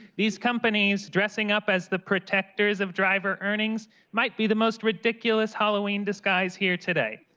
these companies dressing up as the protectors of driver earnings might be the most ridiculous halloween disguise here today.